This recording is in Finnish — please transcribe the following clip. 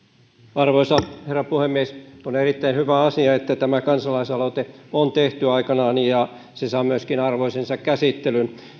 arvoisa herra puhemies on erittäin hyvä asia että tämä kansalaisaloite on aikanaan tehty ja saa myöskin arvoisensa käsittelyn